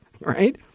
right